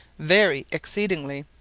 vary exceedingly,